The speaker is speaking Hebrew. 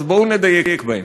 אז בואו נדייק בהן.